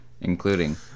including